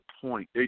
point